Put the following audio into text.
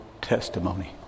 testimony